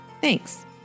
Thanks